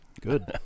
Good